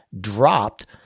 dropped